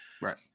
Right